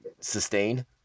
sustain